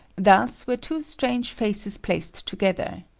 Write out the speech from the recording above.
thus were two strange faces placed together.